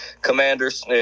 Commanders